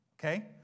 Okay